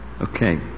Okay